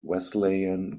wesleyan